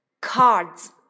cards